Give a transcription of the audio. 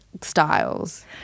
styles